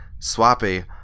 swappy